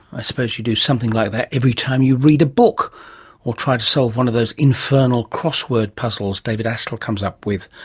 i suppose you do something like that every time you read a book or try to solve one of those infernal crossword puzzles david astle comes up with.